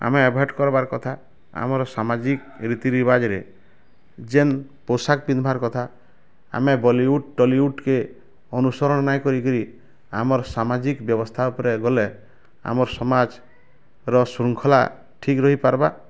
ଆମେ ଆଭଏଡ଼ କରିବାର୍ କଥା ଆମର ସାମାଜିକ ରୀତି ରିବାଜ୍ରେ ଯେନ୍ ପୋଷାକ ପିନ୍ଧିବାର୍ କଥା ଆମେ ବଲିଉଡ଼୍ ଟଲିଉଡ଼ କେ ଅନୁସରଣ ନାଇଁ କରି କିରି ଆମର୍ ସାମାଜିକ ବ୍ୟବସ୍ତା ଉପରେ ଗଲେ ଆମର୍ ସମାଜ ର ଶୃଙ୍ଖଲା ଠିକ୍ ରହି ପାର୍ବା